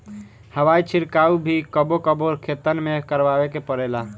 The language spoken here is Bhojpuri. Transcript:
हवाई छिड़काव भी कबो कबो खेतन में करावे के पड़ेला